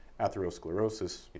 atherosclerosis